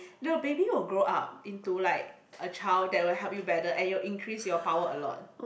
the baby will grow up into like a child that will help you battle and it will increase your power a lot